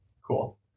Cool